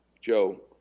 Joe